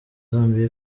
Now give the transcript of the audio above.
zambia